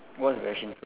what's ration f~